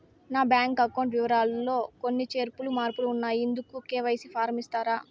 నా bank account వివరాలు లో కొన్ని చేర్పులు మార్పులు ఉన్నాయి, ఇందుకు కె.వై.సి ఫారం ఇస్తారా?